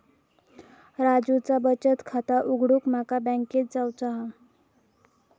राजूचा बचत खाता उघडूक माका बँकेत जावचा हा